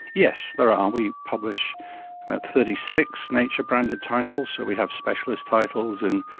yes, there are. um we publish about thirty six nature-branded titles, so we have specialist titles in,